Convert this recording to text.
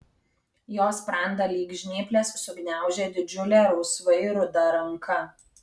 jo sprandą lyg žnyplės sugniaužė didžiulė rausvai ruda ranka